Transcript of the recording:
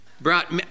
brought